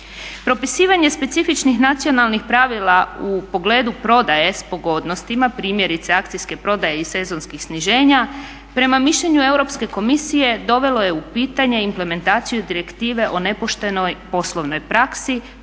Propisivanje specifičnih nacionalnih pravila u pogledu prodaje s pogodnostima primjerice akcijske prodaje i sezonskih sniženje prema mišljenju Europske komisije dovelo je u pitanje implementaciju direktive o nepoštenoj poslovnoj praksi